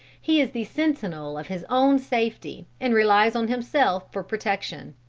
he is the sentinel of his own safety and relies on himself for protection.